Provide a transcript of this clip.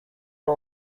for